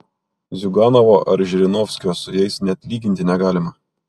ziuganovo ar žirinovskio su jais net lyginti negalima